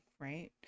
right